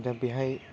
दा बेहाय